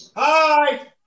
Hi